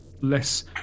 less